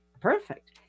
perfect